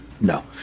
no